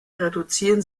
reduzieren